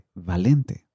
Valente